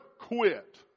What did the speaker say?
quit